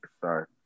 sorry